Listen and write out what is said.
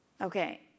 Okay